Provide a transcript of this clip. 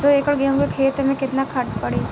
दो एकड़ गेहूँ के खेत मे केतना खाद पड़ी?